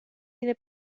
ina